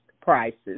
prices